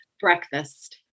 Breakfast